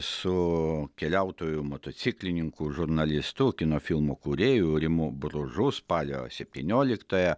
su keliautoju motociklininku žurnalistu kino filmų kūrėju rimu bružu spalio septynioliktąją